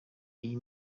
iyi